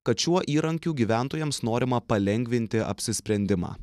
kad šiuo įrankiu gyventojams norima palengvinti apsisprendimą